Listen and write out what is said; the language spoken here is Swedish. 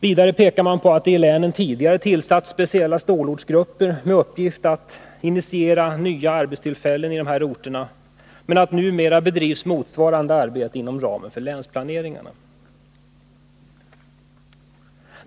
Man pekar också på att det i länen tidigare tillsatts speciella stålortsgrupper med uppgift att initiera nya arbetstillfällen i dessa orter och att motsvarande arbete numera bedrivs inom ramen för länsplaneringarna.